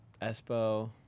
Espo